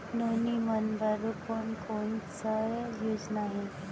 नोनी मन बर कोन कोन स योजना हे?